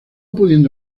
pudiendo